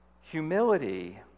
Humility